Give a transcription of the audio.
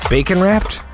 Bacon-wrapped